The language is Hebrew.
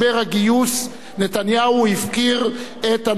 נתניהו הפקיר את הנושאים בנטל.